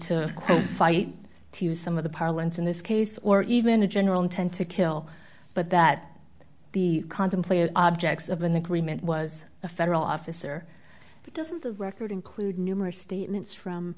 to fight to some of the parlance in this case or even a general intent to kill but that the contemplated objects of an agreement was a federal officer doesn't the record include numerous statements from